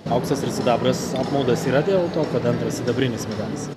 auksas ir sidabras apmaudas yra dėl to kad antras sidabrinis medalis